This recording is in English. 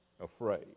afraid